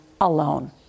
alone